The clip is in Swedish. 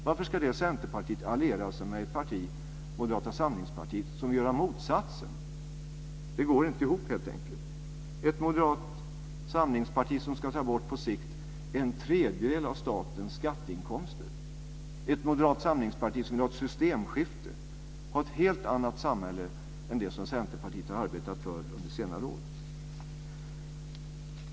Varför ska detta centerparti alliera sig med ett parti, Moderata samlingspartiet, som vill göra motsatsen? Det går helt enkelt inte ihop. Det är ett moderat samlingsparti som på sikt ska ta bort en tredjedel av statens skatteinkomster, ett moderat samlingsparti som vill ha ett systemskifte och ha ett helt annat samhälle än det som Centerpartiet har arbetat för under senare år.